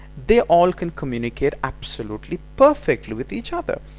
they all can communicate absolutely perfectly with each other!